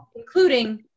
including